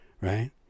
right